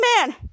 man